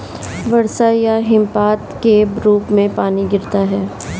वर्षा या हिमपात के रूप में पानी गिरता है